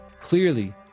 Clearly